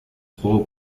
juego